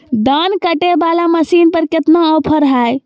धान कटे बाला मसीन पर कितना ऑफर हाय?